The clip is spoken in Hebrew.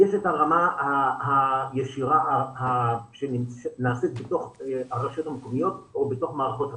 יש את הרמה הישירה שנעשית בתוך הרשויות המקומיות או בתוך מערכות החינוך.